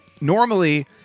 Normally